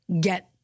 get